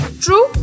True